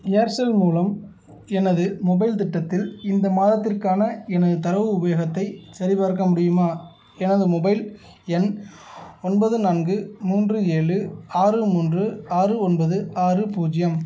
Aircel மூலம் எனது mobile திட்டத்தில் இந்த மாதத்திற்கான எனது தரவு உபயோகத்தைச் சரிபார்க்க முடியுமா எனது மொபைல் எண் ஒன்பது நான்கு மூன்று ஏழு ஆறு மூன்று ஆறு ஒன்பது ஆறு பூஜ்ஜியம்